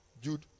Jude